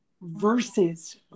versus